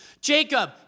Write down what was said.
Jacob